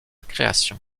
création